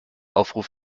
aufruf